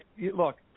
look